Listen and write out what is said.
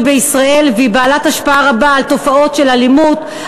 בישראל והיא בעלת השפעה רבה על תופעות של אלימות,